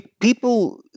people